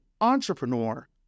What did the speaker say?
entrepreneur